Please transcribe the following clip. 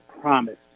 promise